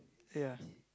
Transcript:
ya